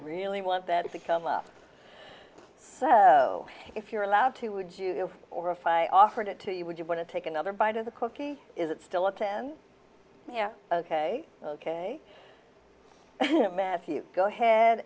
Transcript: really want that to come up so if you're allowed to would you or if i offered it to you would you want to take another bite of the cookie is it still a ten yeah ok ok matthew go ahead